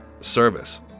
service